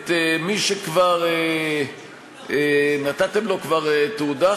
את מי שכבר נתתם לו תעודה,